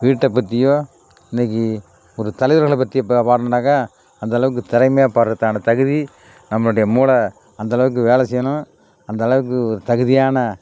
வீட்டை பற்றியோ இன்றைக்கி ஒரு தலைவர்களை பற்றியோ ப பாடணும்ன்னாக்கால் அந்தளவுக்கு திறமையாக பாடுகிறத்துக்கான தகுதி நம்மளுடைய மூளை அந்தளவுக்கு வேலை செய்யணும் அந்தளவுக்கு ஒரு தகுதியான